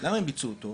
למה הם ביצעו אותו?